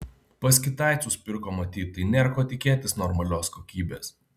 pas kitaicus pirko matyt tai nėr ko tikėtis normalios kokybės